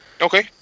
Okay